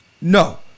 no